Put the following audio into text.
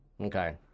Okay